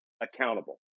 accountable